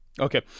Okay